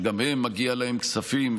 שגם להם מגיעים כספים,